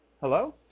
hello